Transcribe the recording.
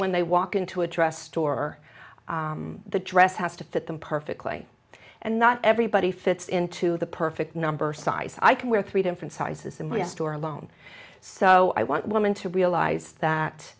when they walk into a dress store the dress has to fit them perfectly and not everybody fits into the perfect number size i can wear three different sizes simply a store alone so i want women to realize that